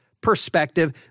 perspective